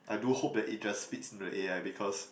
I do hope that it just feeds into the a_i because